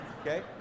Okay